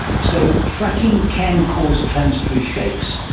so fracking can cause transitory shakes,